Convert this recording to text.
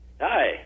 Hi